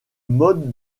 mode